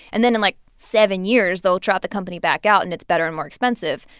and then in, like, seven years, they'll trot the company back out, and it's better and more expensive.